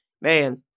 man